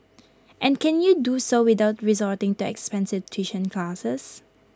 and can they do so without resorting to expensive tuition classes